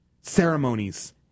ceremonies